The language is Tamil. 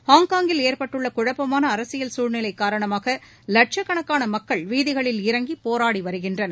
ஹாங்காங்கில் ஏற்பட்டுள்ள குழப்பாள அரசியல் சூழ்நிலை காரணமாக லட்சக்கணக்கான மக்கள் வீதிகளில் இறங்கி போராடி வருகின்றனர்